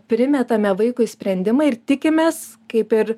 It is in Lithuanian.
primetame vaikui sprendimą ir tikimės kaip ir